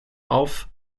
auf